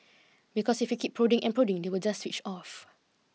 because if you keep prodding and prodding they will just switch off